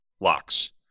locks